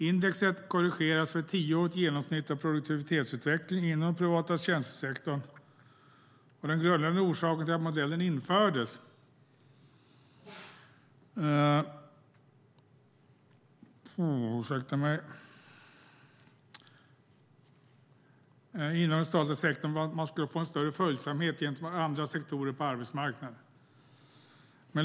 Indexet korrigeras för ett tioårigt genomsnitt av produktivitetsutvecklingen inom den privata tjänstesektorn. Den grundläggande orsaken till att modellen infördes inom den statliga sektorn var att man skulle få en följsamhet gentemot andra sektorer på arbetsmarknaden.